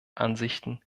ansichten